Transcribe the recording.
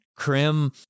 Krim